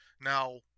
Now